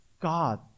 God